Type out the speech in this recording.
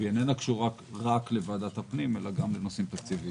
והיא איננה קשורה רק לוועדת הפנים אלא גם לנושאים תקציביים.